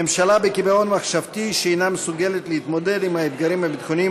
ממשלה בקיבעון מחשבתי שאינה מסוגלת להתמודד עם האתגרים הביטחוניים,